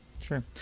Sure